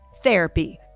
therapy